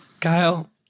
Kyle